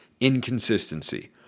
inconsistency